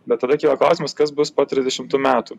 bet tada kyla klausimas kas bus po trisdešimtų metų